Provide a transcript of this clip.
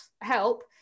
help